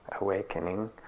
awakening